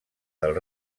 del